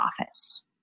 Office